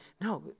no